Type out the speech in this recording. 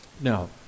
Now